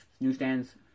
newsstands